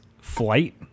flight